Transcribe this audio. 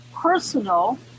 personal